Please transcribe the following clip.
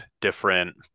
different